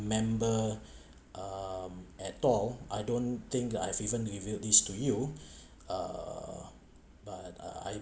member um at all I don't think I've even revealed this to you uh but uh I